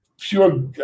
pure